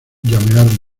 llamear